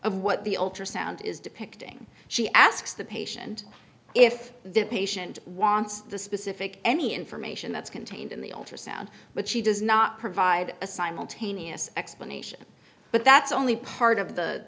of what the ultrasound is depicting she asks the patient if the patient wants the specific any information that's contained in the ultrasound but she does not provide a simultaneous explanation but that's only part of the